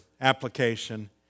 application